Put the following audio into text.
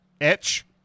Etch